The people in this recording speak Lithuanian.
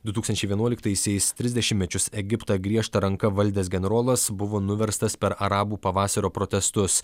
du tūkstančiai vienuoliktaisiais tris dešimtmečius egiptą griežta ranka valdęs generolas buvo nuverstas per arabų pavasario protestus